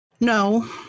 No